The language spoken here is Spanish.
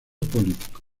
político